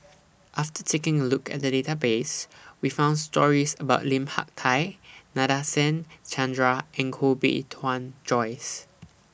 after taking A Look At The Database We found stories about Lim Hak Tai Nadasen Chandra and Koh Bee Tuan Joyce